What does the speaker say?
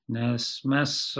nes mes